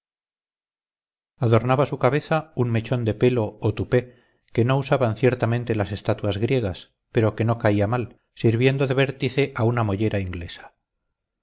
adornaba su cabeza un mechón de pelo o tupé que no usaban ciertamente las estatuas griegas pero que no caía mal sirviendo de vértice a una mollera inglesa